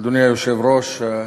אדוני היושב-ראש,